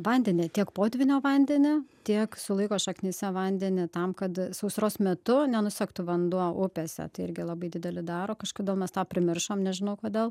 vandenį tiek potvynio vandenį tiek sulaiko šaknyse vandenį tam kad sausros metu nenusektų vanduo upėse tai irgi labai didelį daro kažkodėl mes tą primiršom nežinau kodėl